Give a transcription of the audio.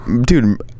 Dude